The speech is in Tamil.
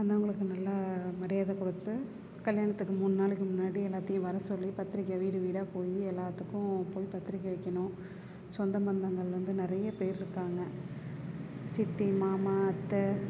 வந்தவர்களுக்கு நல்லா மரியாதை கொடுத்து கல்யாணத்துக்கு மூணு நாளைக்கு முன்னாடி எல்லாத்தையும் வரச் சொல்லி பத்திரிக்கை வீடு வீடாக போய் எல்லாத்துக்கும் போய் பத்திரிக்கை வைக்கணும் சொந்தம் பந்தங்கள் வந்து நிறைய பேர் இருக்காங்க சித்தி மாமா அத்தை